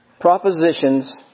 Propositions